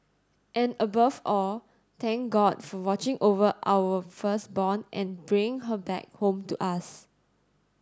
and above all thank God for watching over our firstborn and bringing her back home to us